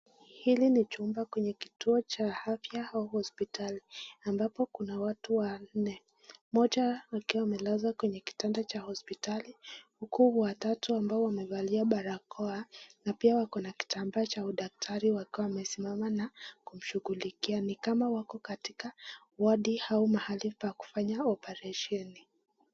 Hili ni chumba kwenye kituo cha afya au hosiptali ambapo kuna watu wanne, mmoja akiwa amelazwa kwenye kitanda cha hosiptali, huku watatu ambao wamevalia barakoa na pia wako na kitambaa cha udaktari wakiwa wamesimama na kumshughulikia, ni kama wako katika wodi ama mahali pa kufanyia operesheni.